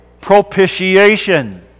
propitiation